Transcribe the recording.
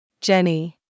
Jenny